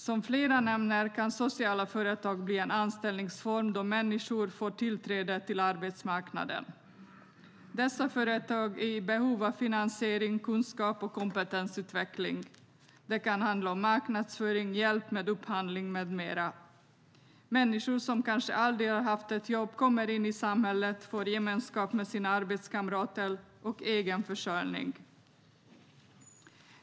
Som flera nämner kan sociala företag bli en anställningsform, då människor får tillträde till arbetsmarknaden. Dessa företag är i behov av finansiering, kunskap och kompetensutveckling. Det kan handla om marknadsföring, hjälp med upphandling med mera. Människor som kanske aldrig har haft ett jobb kommer in i samhället, får gemenskap med sina arbetskamrater och egen försörjning.